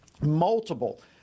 Multiple